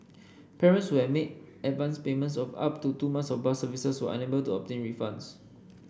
parents who had made advanced payments of up to two month of bus services were unable to obtain refunds